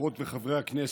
חברות וחברי הכנסת,